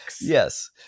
Yes